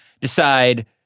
decide